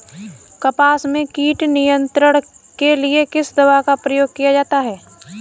कपास में कीट नियंत्रण के लिए किस दवा का प्रयोग किया जाता है?